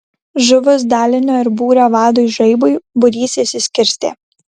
žuvus dalinio ir būrio vadui žaibui būrys išsiskirstė